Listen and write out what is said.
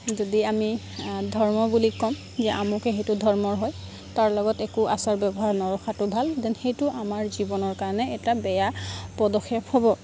যদি আমি ধৰ্ম বুলি ক'ম যে আমুকে সেইটো ধৰ্মৰ হয় তাৰ লগত একো আচাৰ ব্যৱহাৰ নৰখাটো ভাল দ্যেন সেইটো আমাৰ জীৱনৰ কাৰণে এটা বেয়া পদক্ষেপ হ'ব